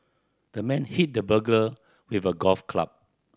the man hit the burglar with a golf club